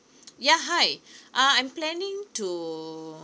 yeah hi ah I'm planning to